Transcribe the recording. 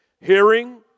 hearing